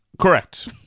Correct